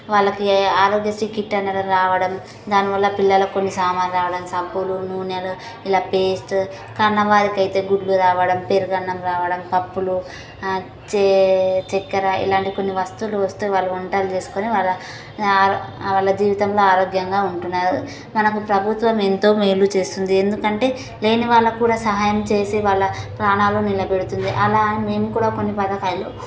వాళ్ళకి ఆరోగ్యశ్రీ కిట్ అనేది రావడం దానివల్ల పిల్లలకు కొన్ని సామాన్లు రావడం సబ్బులు నూనెలు ఇలా పేస్ట్ కన్నవారికి అయితే గుడ్లు రావడం పెరుగు అన్నం రావడం పప్పులు చెక్కర ఇలాంటి కొన్ని వస్తువులు వస్తే వాళ్ళు వంటలు చేసుకోని వాళ్ళ జీవితంలో ఆరోగ్యంగా ఉంటున్నారు మనకు ప్రభుత్వం ఎంతో మేలు చేస్తుంది ఎందుకంటే లేని వాళ్ళకు కూడా సహాయం చేసి వాళ్ళ ప్రాణాలు నిలబెడుతుంది అలా అని నేను కూడా కొన్ని పథకాలు